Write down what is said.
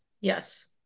yes